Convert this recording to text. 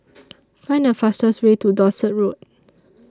Find The fastest Way to Dorset Road